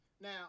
Now